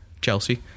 Chelsea